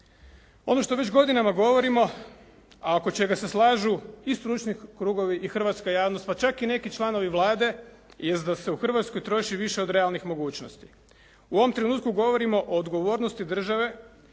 Ono što već godinama govorimo, a oko čega se slažu i stručni krugovi i hrvatska javnost, pa čak i neki članovi Vlade jest da se u Hrvatskoj troši više od realnih mogućnosti. U ovom trenutku govorimo o odgovornosti države